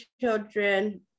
children